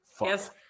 Yes